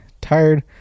tired